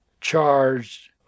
charged